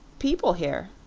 people here.